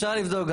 אפשר לבדוק באמת.